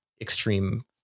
extreme